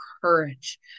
courage